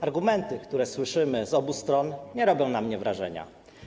Argumenty, które słyszymy z obu stron, nie robią na mnie wrażenia.